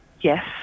yes